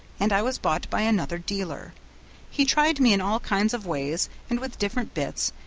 and i was bought by another dealer he tried me in all kinds of ways and with different bits,